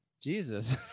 Jesus